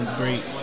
great